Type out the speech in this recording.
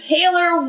Taylor